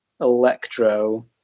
Electro